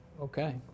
Okay